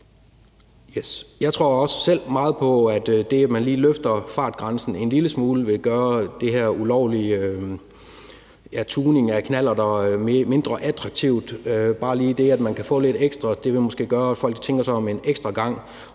Jeg tror også selv meget på, at det, at man lige løfter fartgrænsen en lille smule, vil gøre den her ulovlige tuning af knallerter mindre attraktivt; bare lige det, at man kan få lidt ekstra fart på, vil måske gøre, at folk tænker sig om en ekstra gang,